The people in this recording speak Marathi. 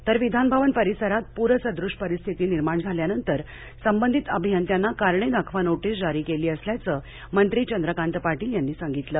तर विधान भवन परिसरात पूर सदृश परिस्थिती निर्माण झाल्यानंतर संबंधित अभियंत्यांना करणे दाखवा नोटीस जारी केली असल्याचं मंत्री चंद्रकांत पाटील यांनी सांगितलं